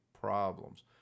problems